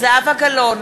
זהבה גלאון,